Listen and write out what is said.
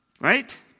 Right